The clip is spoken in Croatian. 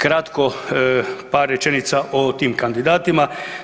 Kratko par rečenica o tim kandidatima.